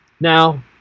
Now